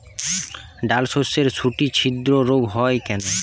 ডালশস্যর শুটি ছিদ্র রোগ হয় কেন?